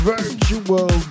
Virtual